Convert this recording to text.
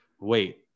wait